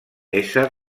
ésser